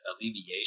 alleviation